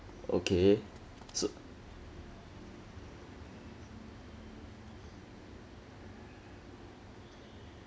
okay so